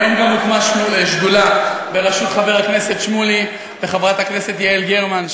היום גם הוקמה שדולה בראשות חבר הכנסת שמולי וחברת הכנסת יעל גרמן,